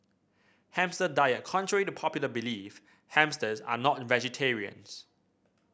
hamster diet contrary to popular belief hamsters are not vegetarians